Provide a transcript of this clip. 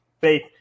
faith